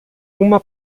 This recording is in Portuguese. uma